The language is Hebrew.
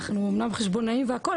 אנחנו אולי חשבונאים והכל,